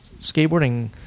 Skateboarding